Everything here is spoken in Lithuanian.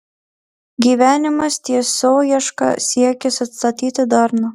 gyvenimas tiesoieška siekis atstatyti darną